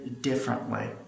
differently